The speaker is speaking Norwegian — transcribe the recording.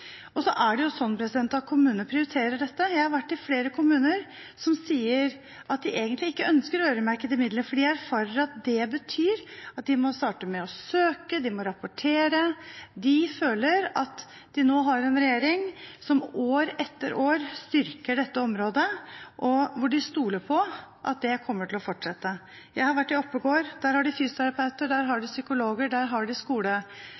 er jo sånn at kommunene prioriterer dette. Jeg har vært i flere kommuner som sier at de egentlig ikke ønsker øremerkede midler, fordi de erfarer at det betyr at de må starte med å søke, og de må rapportere. De føler at de nå har en regjering som år etter år styrker dette området, og de stoler på at det kommer til å fortsette. Jeg har vært i Oppegård. Der har de fysioterapeuter, der har de psykologer, der har de